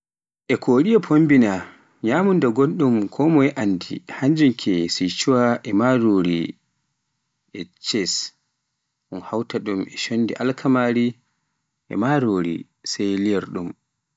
E Koriya fombina nyamunda gonɗum konmoye anndi e hannjum ke Sichua e marori e cheesi, un hawta ɗum e shondi Alkamar e marori sai liyorɗum.